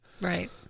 right